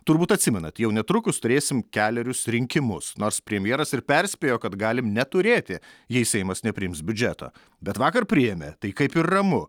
turbūt atsimenat jau netrukus turėsim kelerius rinkimus nors premjeras ir perspėjo kad galim neturėti jei seimas nepriims biudžeto bet vakar priėmė tai kaip ir ramu